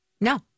No